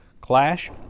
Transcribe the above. clash